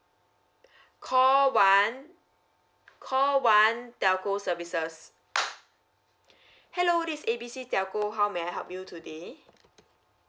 call one call one telco services hello this is A B C telco how may I help you today